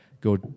Go